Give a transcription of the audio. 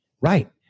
Right